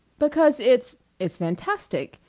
because it's it's fantastic.